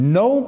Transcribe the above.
no